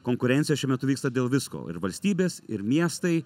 konkurencija šiuo metu vyksta dėl visko ir valstybės ir miestai